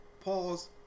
Pause